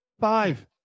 Five